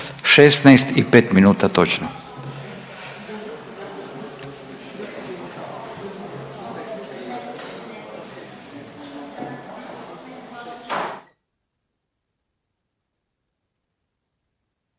16 i 5 minuta točno.